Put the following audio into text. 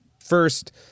First